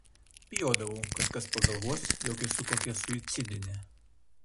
bijodavau kad kas pagalvos jog esu kokia suicidinė